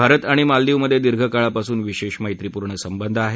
भारत आणि मालदिवमध्ये दीर्घकाळापासून विशेष मैत्रीपूर्ण संबंध आहेत